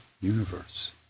universe